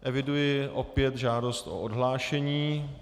Eviduji opět žádost o odhlášení.